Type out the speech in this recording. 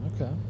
Okay